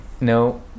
No